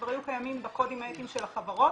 כבר היו קיימים בקודים האתיים של החברות